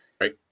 right